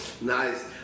Nice